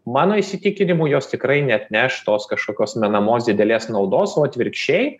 mano įsitikinimu jos tikrai neatneš tos kažkokios menamos didelės naudos o atvirkščiai